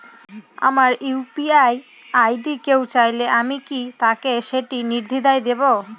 আমার UPI ID কেউ চাইলে কি আমি তাকে সেটি নির্দ্বিধায় দেব?